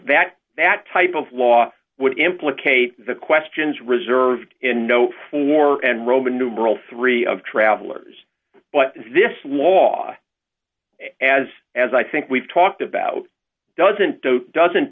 that that type of law would implicate the questions reserved in no four and roman numeral three of travelers but this law as as i think we've talked about doesn't doesn't